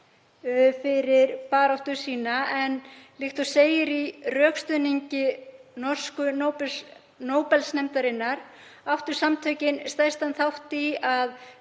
fyrir baráttu sína. Líkt og segir í rökstuðningi norsku Nóbelsnefndarinnar áttu samtökin stærstan þátt í að